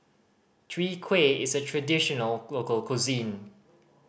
Chwee Kueh is a traditional local cuisine